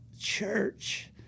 church